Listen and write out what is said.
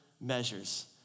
measures